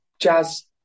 Jazz